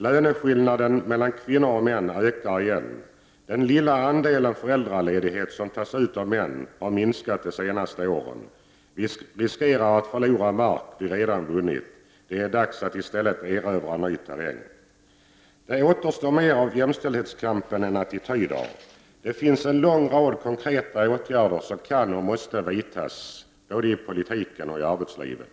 Löneskillnaden mellan kvinnor och män ökar igen. Den lilla andelen föräldraledighet som tas ut av män har minskat de senaste åren. Vi riskerar att förlora mark vi redan vunnit. Det är dags att i stället erövra ny terräng. Det återstår mer av jämställdhetskampen än attityder. Det finns en lång rad konkreta åtgärder som kan och måste vidtas, både i politiken och i arbetslivet.